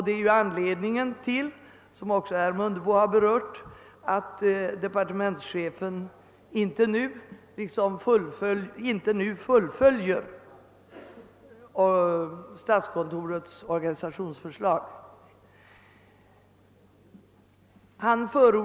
Detta är, som också herr Mundebo har berört, anledningen till att departementschefen inte nu fullföljer arbetet på att förverkliga statskontorets organisationsförslag.